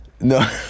No